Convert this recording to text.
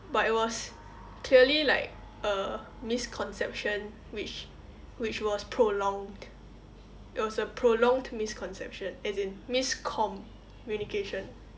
but it was clearly like a misconception which which was prolonged it was a prolonged misconception as in miscommunication